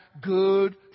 good